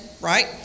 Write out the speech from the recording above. Right